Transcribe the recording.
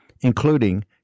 including